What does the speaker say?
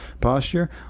posture